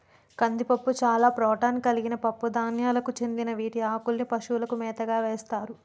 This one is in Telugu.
కందిపప్పు చాలా ప్రోటాన్ కలిగిన పప్పు ధాన్యాలకు చెందిన వీటి ఆకుల్ని పశువుల మేతకు వేస్తారు